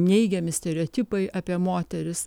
neigiami stereotipai apie moteris